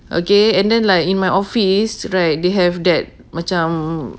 okay and then like in my office right they have that macam